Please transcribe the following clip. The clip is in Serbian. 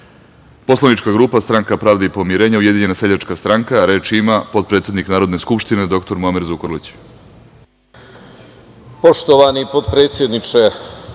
poslanička grupa Stranka pravde i pomirenja – Ujedinjena seljačka stranka, potpredsednik Narodne skupštine dr Muamer Zukorlić.